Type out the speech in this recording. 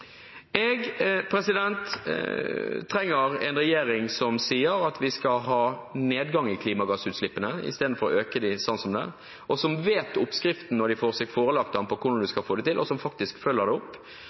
Jeg trenger en regjering som sier at vi skal ha nedgang i klimagassutslippene istedenfor å øke dem, som skjer nå, som vet oppskriften på hvordan de skal få det til når de får seg forelagt